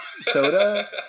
soda